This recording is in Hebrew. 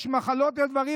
יש מחלות ויש דברים,